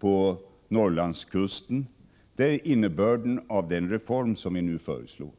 och Norrlandskusten är innebörden av den reform som vi nu föreslår.